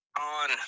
on